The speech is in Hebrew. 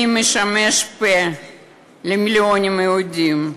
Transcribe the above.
אני משמש פה למיליוני יהודים.